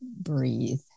breathe